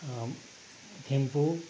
Thimphu